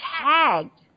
tagged